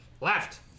left